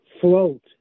float